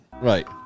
right